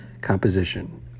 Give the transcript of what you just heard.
Composition